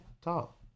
Talk